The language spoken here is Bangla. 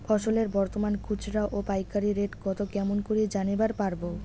ফসলের বর্তমান খুচরা ও পাইকারি রেট কতো কেমন করি জানিবার পারবো?